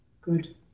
Good